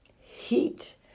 heat